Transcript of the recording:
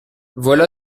voilà